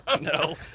No